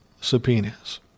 subpoenas